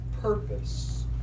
purpose